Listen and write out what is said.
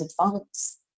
advance